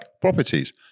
properties